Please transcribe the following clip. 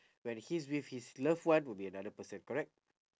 when he's with his loved one will be another person correct